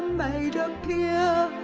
made a peer.